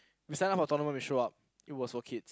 we sign up for tournament we show up it was for kids